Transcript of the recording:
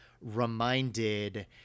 reminded